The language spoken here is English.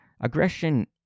Aggression